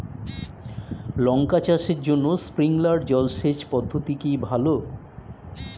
লঙ্কা চাষের জন্য স্প্রিংলার জল সেচ পদ্ধতি কি ভালো?